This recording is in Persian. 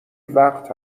وقت